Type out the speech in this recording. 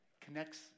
connects